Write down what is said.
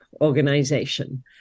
organization